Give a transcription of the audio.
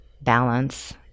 balance